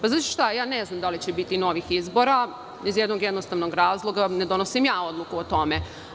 Ne znam da li će biti novih izbora iz jednog jednostavnog razloga – ne donosim ja odluku o tome.